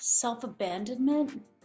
Self-abandonment